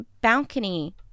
balcony